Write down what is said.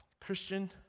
Christian